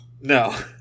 No